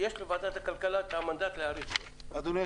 יש לוועדת הכלכלה המנדט להאריך.